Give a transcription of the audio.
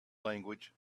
language